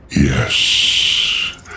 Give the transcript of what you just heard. Yes